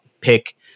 pick